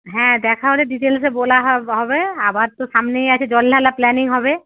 হ্যাঁ দেখা হলে ডিটেলসে বলা হব হবে আবার তো সামনেই আছে জল ঢালা প্ল্যানিং হবে